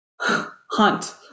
hunt